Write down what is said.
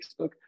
Facebook